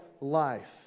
life